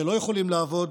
שלא יכולים לעבוד